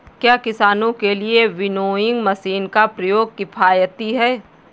क्या किसानों के लिए विनोइंग मशीन का प्रयोग किफायती है?